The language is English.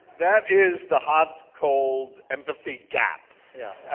that is the hot-cold empathy gap yeah